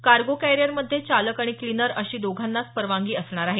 cargo कॅरिअरमध्ये चालक आणि क्लिनर अशी दोघांनाच परवानगी असणार आहे